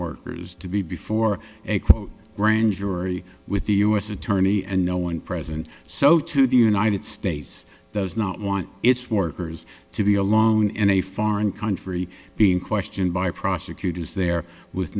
workers to be before a grand jury with the u s attorney and no one present so too the united states does not want its workers to be alone in a foreign country being questioned by prosecutors there w